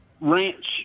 ranch